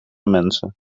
mensen